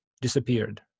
disappeared